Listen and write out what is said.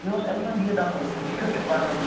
مےٚ اوس أمۍ سُنٛد یہِ دَپُن یہِ کٮُ۪تھ چھُ پَران